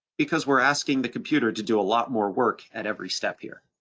because we're asking the computer to do a lot more work at every step here.